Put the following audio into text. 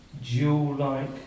jewel-like